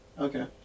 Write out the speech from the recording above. Okay